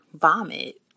vomit